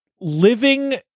living